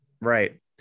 Right